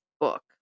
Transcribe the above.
book